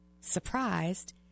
Surprised